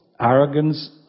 arrogance